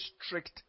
strict